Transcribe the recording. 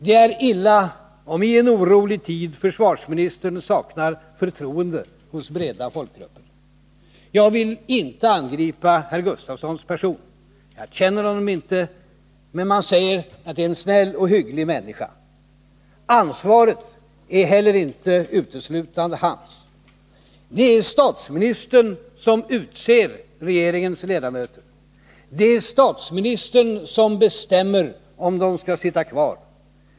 Det är illa om i en orolig tid försvarsministern saknar förtroende hos breda folkgrupper. Jag vill inte angripa herr Gustafssons person. Jag känner inte herr Gustafsson, men man säger att det är en snäll och hygglig människa. Ansvaret är inte heller uteslutande hans. Det är statsministern som utser regeringens ledamöter. Det är statsministern som bestämmer om de skall sitta kvar.